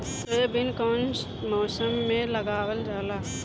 Soybean कौने मौसम में लगावल जा?